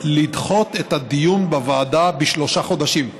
לדחות את הדיון בוועדה בשלושה חודשים.